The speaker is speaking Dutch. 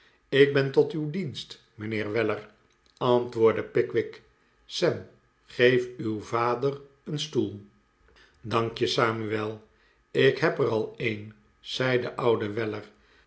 ik ben tot uw dienst mijnheer weller antwoordde pickwick sam geef uw vader een stoel dank je samuel ik heb er al een zei de oude weller